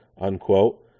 unquote